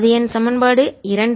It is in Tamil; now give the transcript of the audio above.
அது என் சமன்பாடு இரண்டு